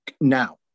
now